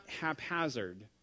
haphazard